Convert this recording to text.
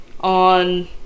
on